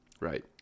Right